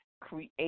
Create